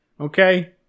Okay